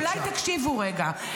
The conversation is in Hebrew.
אולי תקשיבו רגע.